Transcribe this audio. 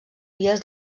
vies